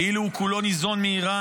כאילו הוא כולו ניזון מאיראן,